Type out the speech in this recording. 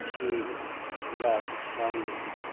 ٹھیک ہے جی اللہ حافظ السلام علیکم